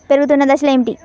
పెరుగుతున్న దశలు ఏమిటి?